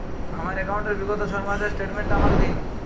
আমার অ্যাকাউন্ট র বিগত ছয় মাসের স্টেটমেন্ট টা আমাকে দিন?